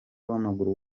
w’amaguru